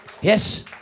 Yes